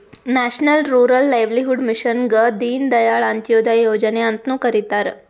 national rural livelihood ಮಿಷನ್ಗ ದೀನ್ ದಯಾಳ್ ಅಂತ್ಯೋದಯ ಯೋಜನೆ ಅಂತ್ನು ಕರಿತಾರ